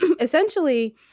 essentially